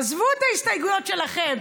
עזבו את ההסתייגויות שלכם,